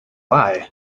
lie